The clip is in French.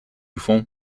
fond